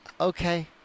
okay